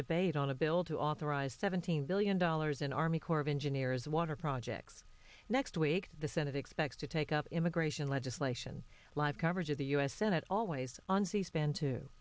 debate on a bill to authorize seventeen billion dollars in army corps of engineers water projects next week the senate expects to take up immigration legislation live coverage of the u s senate always on c span two